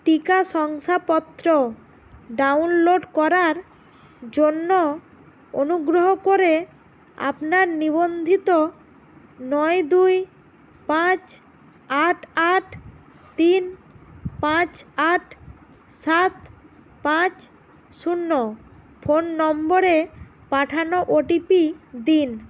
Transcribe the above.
টিকা শংসাপত্র ডাউনলোড করার জন্য অনুগ্রহ করে আপনার নিবন্ধিত নয় দুই পাঁচ আট আট তিন পাঁচ আট সাত পাঁচ শূন্য ফোন নম্বরে পাঠানো ওটিপি দিন